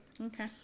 Okay